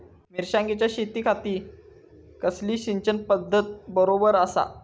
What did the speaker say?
मिर्षागेंच्या शेतीखाती कसली सिंचन पध्दत बरोबर आसा?